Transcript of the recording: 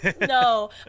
No